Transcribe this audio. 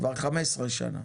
כבר 15 שנה